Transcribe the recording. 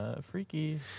Freaky